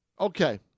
Okay